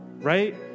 right